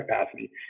capacity